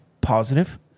positive